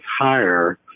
higher